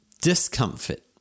discomfort